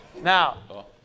Now